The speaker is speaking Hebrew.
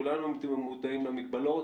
כולנו מודעים למגבלות,